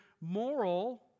moral